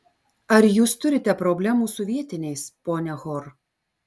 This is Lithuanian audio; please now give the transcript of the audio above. ar jūs turite problemų su vietiniais ponia hor